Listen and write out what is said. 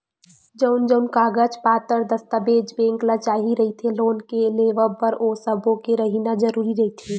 जउन जउन कागज पतर दस्ताबेज बेंक ल चाही रहिथे लोन के लेवब बर ओ सब्बो के रहिना जरुरी रहिथे